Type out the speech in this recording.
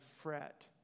fret